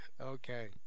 Okay